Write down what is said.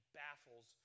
baffles